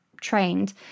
trained